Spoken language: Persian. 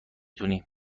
تونی